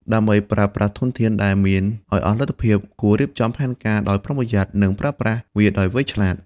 ដើម្បីប្រើប្រាស់ធនធានដែលមានឲ្យអស់លទ្ធភាព គួររៀបចំផែនការដោយប្រុងប្រយ័ត្ន និងប្រើប្រាស់វាដោយឆ្លាតវៃ។